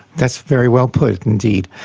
that's very well put indeed.